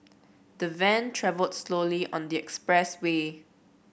the van travelled slowly on the express way